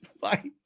Bye